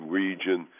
region